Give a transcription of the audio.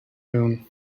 noon